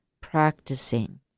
practicing